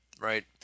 right